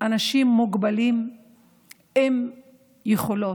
אנשים מוגבלים עם יכולות.